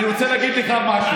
אני רוצה להגיד לך משהו.